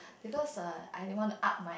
because I don't want to up my